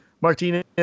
Martinez